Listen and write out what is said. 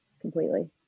completely